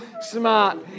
smart